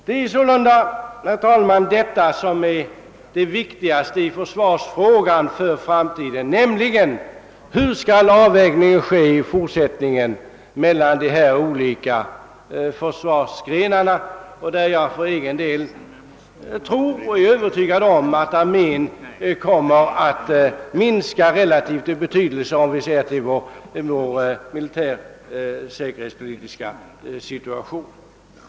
Det viktigaste för framtiden när det gäller försvarsfrågor, herr talman, är hur vi i fortsättningen skall göra avvägningar mellan de olika försvarsgrenarna. För egen del är jag härvidlag övertygad om att armén relativt sett kommer att minska i betydelse, om vi tar vår militära och säkerhetspolitiska situation i betraktande.